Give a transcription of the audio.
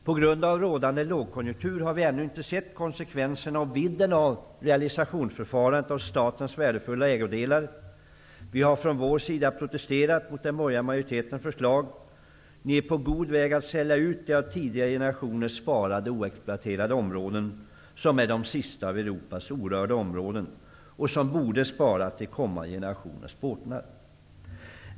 På grund av rådande lågkonjunktur har vi ännu inte sett konsekvenserna och vidden av realisationsförfarandet när det gäller statens värdefulla ägodelar. Vi har från vår sida protesterat mot den borgerliga majoritetens förslag. Ni är på god väg att sälja ut de av tidigare generationer sparade och oexploaterade områden som är de sista av Europas orörda områden, och som borde sparas till kommande generationers båtnad.